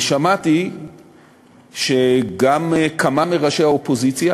שמעתי שגם כמה מראשי האופוזיציה